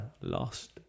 Lost